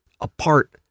apart